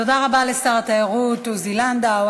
תודה רבה לשר התיירות עוזי לנדאו.